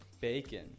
bacon